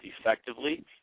effectively